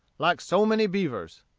like so many beavers.